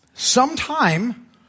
Sometime